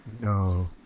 No